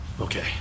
Okay